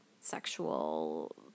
sexual